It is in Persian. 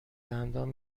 دندان